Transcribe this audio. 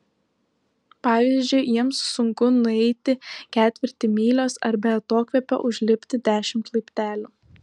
pavyzdžiui jiems sunku nueiti ketvirtį mylios ar be atokvėpio užlipti dešimt laiptelių